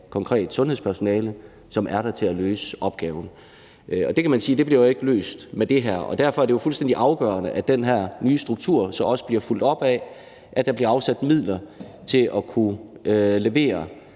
konkret sundhedspersonale, som er der til at løse opgaven. Det kan man sige ikke bliver løst med det her, og derfor er det jo fuldstændig afgørende, at den her nye struktur så også bliver fulgt op af, at der bliver afsat midler til at kunne levere